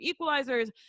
equalizers